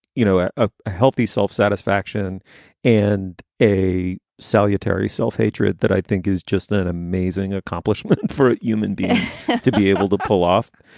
you know, a ah a healthy self-satisfaction and a salutary self-hatred that i think is just an amazing accomplishment for a human being to be able to pull off.